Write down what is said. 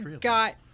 got